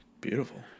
beautiful